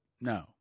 no